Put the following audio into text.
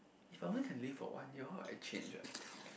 if I only can live for one year what will I change ah